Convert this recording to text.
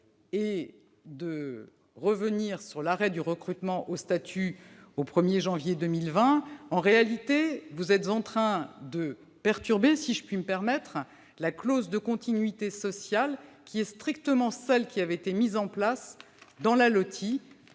est de revenir sur l'arrêt du recrutement au statut au 1 janvier 2020. En réalité, vous êtes en train de perturber, si je puis dire, la clause de continuité sociale, qui est strictement celle qui avait été mise en place dans la LOTI,